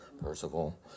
Percival